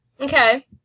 Okay